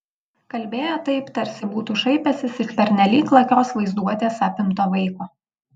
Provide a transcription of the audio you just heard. kalbėjo taip tarsi būtų šaipęsis iš pernelyg lakios vaizduotės apimto vaiko